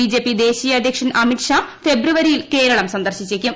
BJP ദേശീയ അദ്ധ്യക്ഷൻ അമിത് ഷാ ഫെബ്രുവരിയിൽ കേരള സന്ദർശിച്ചേക്കും